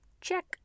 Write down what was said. check